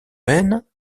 peine